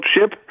ship